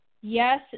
yes